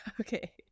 Okay